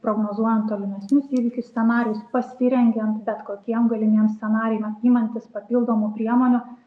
prognozuojant tolimesnius įvykius scenarijus pasirengiant bet kokiem galimiem scenarijam imantis papildomų priemonių